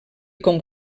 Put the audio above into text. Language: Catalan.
com